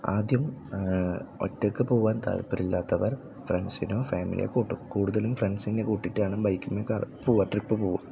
ആദ്യം ഒറ്റക്ക് പോകാൻ താത്പര്യമില്ലാത്തവർ ഫ്രണ്ട്സിനൊ ഫാമിലിയോ കൂട്ടും കൂടുതലും ഫ്രണ്ട്സിനെ കൂട്ടിയിട്ടാണ് ബൈക്കിങ്ങ് കറ പോകുക ട്രിപ്പ് പോകുക